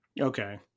Okay